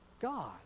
god